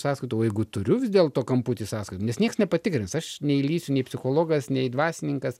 sąskaitų o jeigu turiu vis dėlto kamputy sąskaitą nes niekas nepatikrins aš neįlįsiu nei psichologas nei dvasininkas